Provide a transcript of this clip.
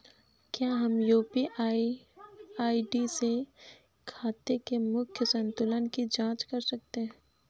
क्या हम UPI ID से खाते के मूख्य संतुलन की जाँच कर सकते हैं?